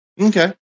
Okay